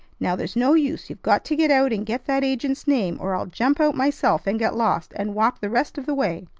now, there's no use you've got to get out and get that agent's name, or i'll jump out myself, and get lost, and walk the rest of the way!